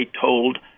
told